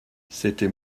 c’était